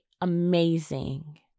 amazing